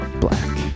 Black